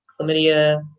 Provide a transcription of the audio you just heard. chlamydia